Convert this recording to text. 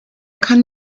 kann